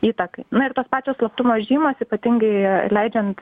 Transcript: įtakai na ir tos pačios slaptumo žymos ypatingai leidžiant